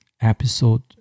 episode